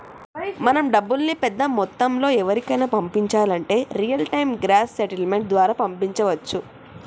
మనం డబ్బుల్ని పెద్ద మొత్తంలో ఎవరికైనా పంపించాలంటే రియల్ టైం గ్రాస్ సెటిల్మెంట్ ద్వారా పంపించవచ్చు